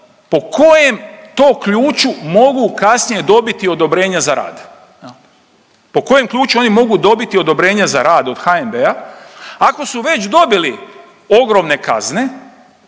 po kojem to ključu mogu kasnije dobiti odobrenje za rad. Po kojem ključu oni mogu dobiti odobrenje za rad od HNB-a ako su već dobili ogromne kazne